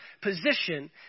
position